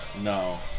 No